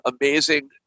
amazing